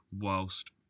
whilst